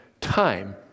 time